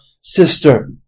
sister